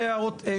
לגמרי.